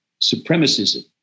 supremacism